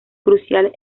crucial